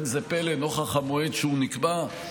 אין זה פלא נוכח המועד שנקבע,